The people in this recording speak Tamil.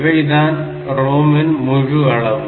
இவைதான் ROM இன் முழு அளவு